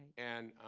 and